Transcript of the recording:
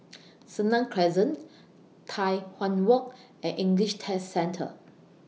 Senang Crescent Tai Hwan Walk and English Test Centre